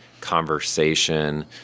conversation